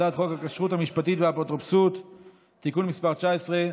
הצעת חוק הכשרות המשפטית והאפוטרופסות (תיקון מס' 19),